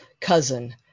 cousin